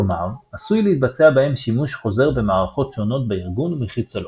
כלומר עשוי להתבצע בהם שימוש חוזר במערכות שונות בארגון ומחוצה לו.